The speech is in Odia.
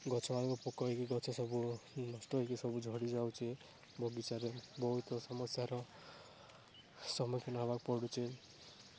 ଗଛମାନଙ୍କୁ ପୋକ ହେଇକି ଗଛ ସବୁ ନଷ୍ଟ ହେଇକି ସବୁ ଝଡ଼ି ଯାଉଛି ବଗିଚାରେ ବହୁତ ସମସ୍ୟାର ସମ୍ମୁଖୀନ ହେବାକୁ ପଡ଼ୁଛି